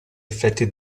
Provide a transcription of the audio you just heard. effetti